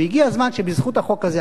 הגיע הזמן שבזכות החוק הזה,